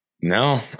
no